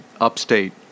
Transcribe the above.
upstate